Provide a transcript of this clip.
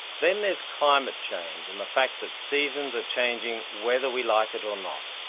then there is climate change and the fact that seasons are changing whether we like it or not.